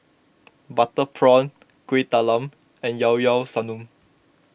Butter Prawn Kuih Talam and Liao Liao Sanum